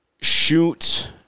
shoot